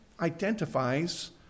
identifies